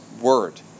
word